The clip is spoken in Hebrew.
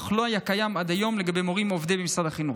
אך לא היה קיים עד היום לגבי מורים עובדי משרד החינוך.